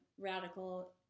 radical